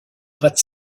gratte